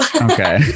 Okay